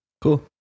Cool